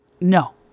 No